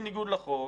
בניגוד לחוק,